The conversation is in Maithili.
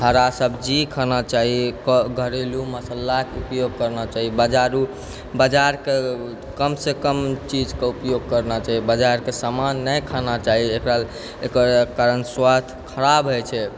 हरा सब्जी खाना चाही घरेलू मसालाके उपयोग करना चाही बाजारू बाजारके कम सँ कम चीजके उपयोग करना चाही बाजारके सामान नहि खाना चाही एकरा एकर कारण स्वास्थ खराब होइ छै